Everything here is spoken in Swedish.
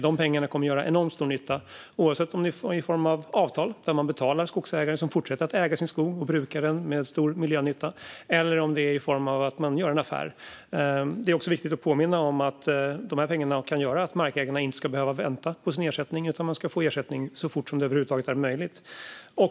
De pengarna kommer att göra enormt stor nytta, oavsett om det sker i form av avtal, där man betalar skogsägare som fortsätter att äga sin skog och bruka den med stor miljönytta, eller genom att man gör en affär. Det är också viktigt att påminna om att dessa pengar kan göra att markägarna inte behöver vänta på sin ersättning utan får ersättning så fort som det över huvud taget är möjligt.